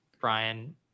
Brian